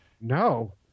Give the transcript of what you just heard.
No